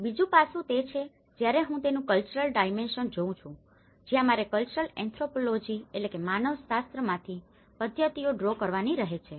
બીજું પાસું તે છે જ્યારે હું તેનું કલ્ચરલ ડાઈમેન્શન જોઉ છું જ્યાં મારે કલ્ચરલ એન્થ્રોપોલોજીanthropologyમાનવશાસ્ત્ર માંથી પદ્ધતિઓ ડ્રો કરવાની રહે છે